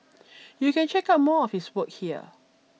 you can check out more of his work here